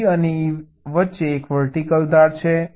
D અને E એક vertical ધાર છે